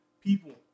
People